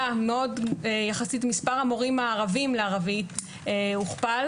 בעשור האחרון מספר המורים הערבים לערבית הוכפל